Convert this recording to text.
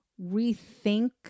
rethink